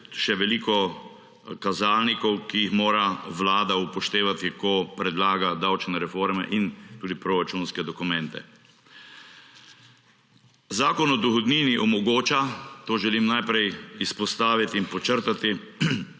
še veliko kazalnikov, ki jih mora vlada upoštevati, ko predlaga davčne reforme in tudi proračunske dokumente. Zakon o dohodnini omogoča, to želim naprej izpostaviti in podčrtati,